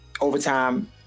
overtime